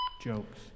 Jokes